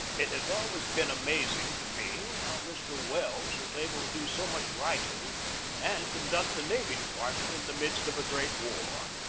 it has always been amazing to me how mr. welles was able to do so much writing and conduct the navy department in the midst of a great war.